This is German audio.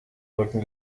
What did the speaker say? rücken